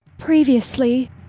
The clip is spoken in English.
Previously